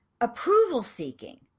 approval-seeking